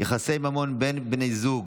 יחסי ממון בין בני זוג